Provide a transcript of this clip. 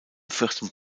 vierten